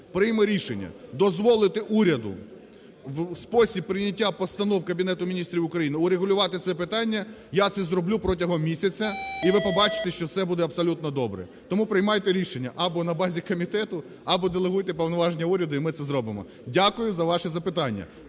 прийме рішення дозволити уряду, в спосіб прийняття постанов Кабінету Міністрів України врегулювати це питання, я це зроблю протягом місяця, і ви побачите, що все буде абсолютно добре. Тому приймайте рішення або на базі комітету, або делегуйте повноваження уряду, і ми це зробимо. Дякую за ваші запитання.